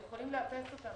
הם יכולים לאפס אותן,